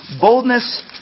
boldness